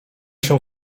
się